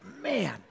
man